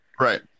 Right